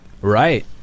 Right